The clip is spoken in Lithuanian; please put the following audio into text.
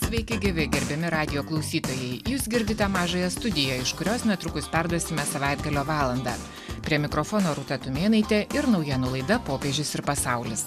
sveiki gyvi gerbiami radijo klausytojai jūs girdite mažąją studiją iš kurios netrukus perduosime savaitgalio valandą prie mikrofono rūta tumėnaitė ir naujienų laida popiežius ir pasaulis